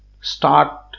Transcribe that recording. start